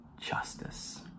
justice